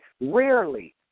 Rarely